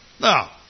Now